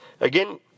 again